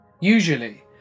Usually